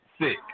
Six